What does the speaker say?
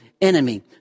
enemy